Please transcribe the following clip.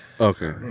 Okay